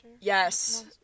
Yes